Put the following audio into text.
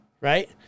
right